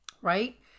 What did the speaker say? right